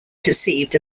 perceived